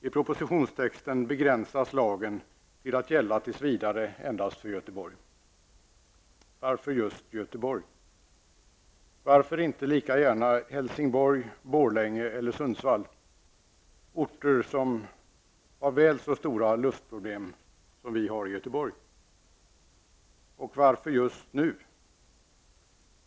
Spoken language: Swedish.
I propositionstexten begränsas lagen till att gälla tills vidare endast för Göteborg.Varför just Göteborg? Varför inte lika gärna Helsingborg, Borlänge eller Sundsvall, orter som har väl så stora luftproblem som vi har i Göteborg? Och varför just nu?